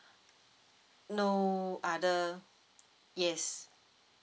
no other yes